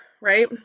right